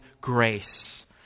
grace